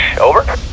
Over